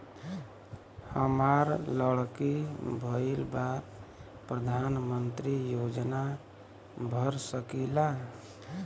हमार लड़की भईल बा प्रधानमंत्री योजना भर सकीला?